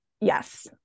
Yes